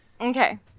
Okay